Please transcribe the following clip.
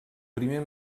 primer